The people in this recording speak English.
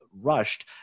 rushed